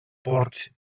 ports